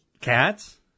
Cats